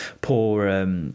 poor